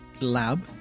lab